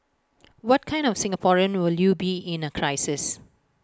what kind of Singaporean will you be in A crisis